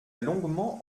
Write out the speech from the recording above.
longuement